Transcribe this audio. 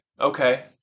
okay